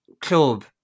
club